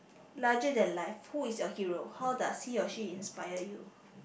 larger than life who is your hero how does he or she inspire you